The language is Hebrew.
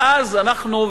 ואז אנחנו,